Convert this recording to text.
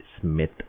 Smith